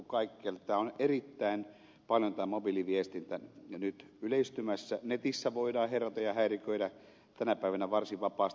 tämä mobiiliviestintä on erittäin paljon nyt yleistymässä netissä voidaan herjata ja häiriköidä tänä päivänä varsin vapaasti